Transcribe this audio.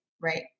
right